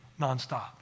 nonstop